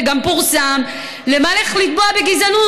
וגם פורסם: למה לך לתבוע על גזענות?